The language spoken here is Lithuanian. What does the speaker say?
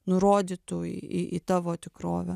nurodytų į į į tavo tikrovę